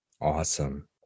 Awesome